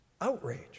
outrage